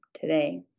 today